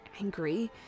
angry